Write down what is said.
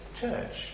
church